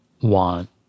want